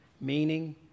meaning